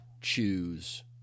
choose